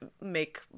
make